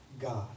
God